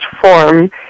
form